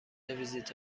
ویزیت